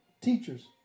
teachers